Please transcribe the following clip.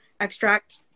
extract